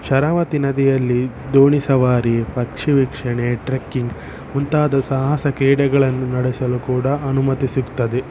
ಶರಾವತಿ ನದಿಯಲ್ಲಿ ದೋಣಿ ಸವಾರಿ ಪಕ್ಷಿ ವೀಕ್ಷಣೆ ಟ್ರೆಕ್ಕಿಂಗ್ ಮುಂತಾದ ಸಾಹಸ ಕ್ರೀಡೆಗಳನ್ನು ನಡೆಸಲು ಕೂಡ ಅನುಮತಿ ಸಿಗ್ತದೆ